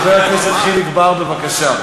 חבר הכנסת חיליק בר, בבקשה.